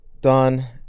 done –